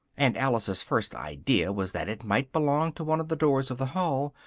and alice's first idea was that it might belong to one of the doors of the hall,